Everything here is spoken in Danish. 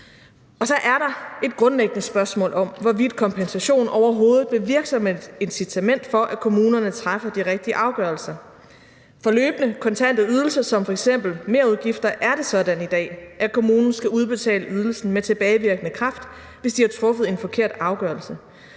Og så er der et grundlæggende spørgsmål om, hvorvidt kompensation overhovedet vil virke som et incitament for, at kommunerne træffer de rigtige afgørelser. For løbende kontante ydelser, som f.eks. merudgifter, er det sådan i dag, at kommunen skal udbetale ydelsen med tilbagevirkende kraft, hvis de har truffet en forkert afgørelse.